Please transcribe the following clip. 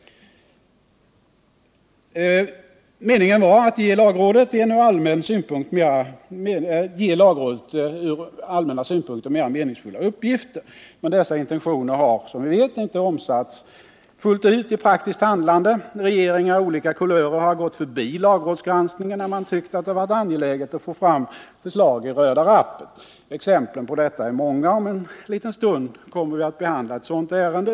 Meningen var att ge lagrådet ur allmänna synpunkter mera meningsfulla uppgifter. Men dessa intentioner har, som vi vet, inte omsatts fullt ut i praktiskt handlande. Regeringar av olika kulörer har gått förbi lagrådsgranskningen när man tyckt att det varit angeläget att få fram förslag i röda rappet. Exemplen på detta är många. Om en liten stund kommer vi att behandla ett sådant ärende.